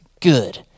good